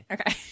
Okay